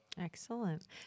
excellent